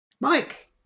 Mike